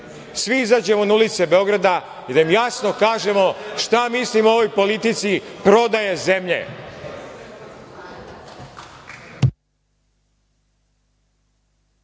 svi izađemo na ulice Beograda i da im jasno kažemo šta mislimo o ovoj politici prodaje zemlje.